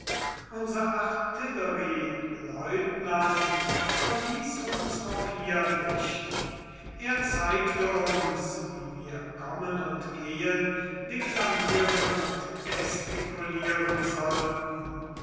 unser artillerielieutenant verließ uns auch hier nicht er zeigte uns wie wir kommen und gehen deklamieren und gestikulieren sollten